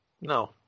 No